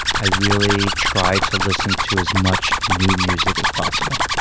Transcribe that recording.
i really try to listen to as much new music as possible.